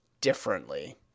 differently